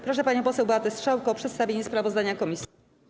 Proszę panią poseł Beatę Strzałkę o przedstawienie sprawozdania komisji.